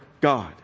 God